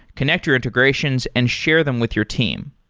connect your integrations and share them with your team.